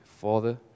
Father